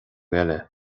eile